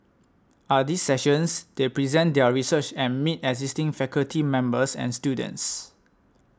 at these sessions they present their research and meet existing faculty members and students